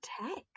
text